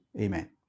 amen